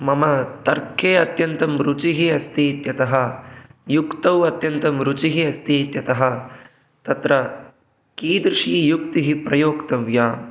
मम तर्के अत्यन्तं रुचिः अस्ति इत्यतः युक्तौ अत्यन्तं रुचिः अस्ति इत्यतः तत्र कीदृशी युक्तिः प्रयोक्तव्या